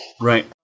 Right